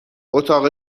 اتاق